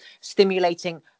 stimulating